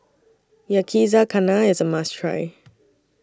Yakizakana IS A must Try